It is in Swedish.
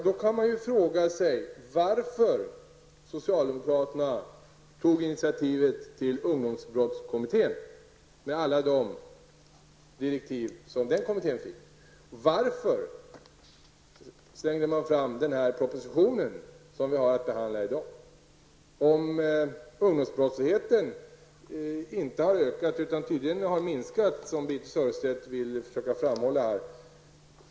Då kan man fråga sig varför socialdemokraterna tog initiativ till ungdomsbrottskommittén, med alla de direktiv som den kommittén fick. Varför slängde man fram den proposition som vi har att behandla i dag? Varför har man gjort detta om ungdomsbrottsligheten inte har ökat utan tydligen minskat -- vilket Birthe Sörestedt vill försöka framhålla här?